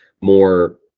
more